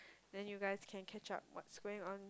then you guys can catch up what's going on